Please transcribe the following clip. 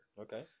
okay